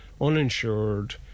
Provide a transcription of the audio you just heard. uninsured